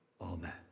Amen